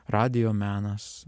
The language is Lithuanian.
radijo menas